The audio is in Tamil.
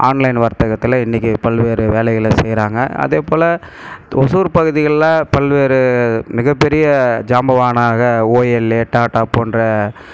ஆன்லைன் வர்த்தகத்தில் இன்றைக்கி பல்வேறு வேலைகளை செய்கிறாங்க அதே போல ஓசூர் பகுதிகளில் பல்வேறு மிக பெரிய ஜாம்பவானாக ஓஎல்ஏ டாட்டா போன்ற